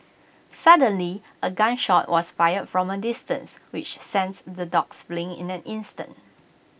suddenly A gun shot was fired from A distance which sense the dogs fleeing in an instant